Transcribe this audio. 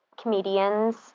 comedians